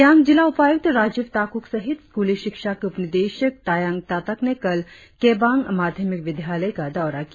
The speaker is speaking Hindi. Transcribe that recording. सियांग जिला उपायुक्त राजीव ताकुक सहित स्कूली शिक्षा के उप निदेशक तायांग तातक ने कल केबांग माध्यमिक विद्यालय का दौरा किया